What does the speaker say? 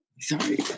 sorry